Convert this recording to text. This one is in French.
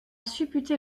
supputer